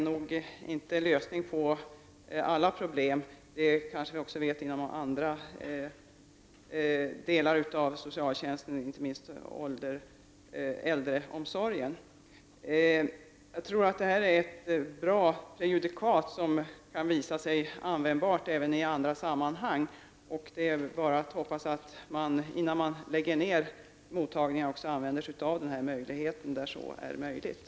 Det kanske vi också ser om vi jämför med andra delar av socialtjänsten, inte minst äldreomsorgen. Jag tror att man här skapar ett bra prejudikat som kan visa sig användbart i andra sammanhang. Det är bara att hoppas att man prövar den här möjligheten innan man lägger ned en mottagning.